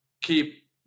keep